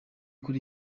kuri